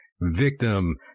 victim